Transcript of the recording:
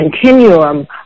Continuum